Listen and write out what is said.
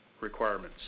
requirements